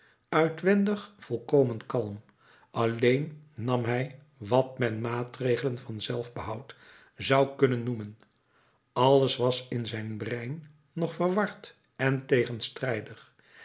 uitwendig volkomen kalm alleen nam hij wat men maatregelen van zelfbehoud zou kunnen noemen alles was in zijn brein nog verward en tegenstrijdig